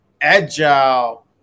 agile